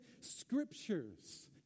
scriptures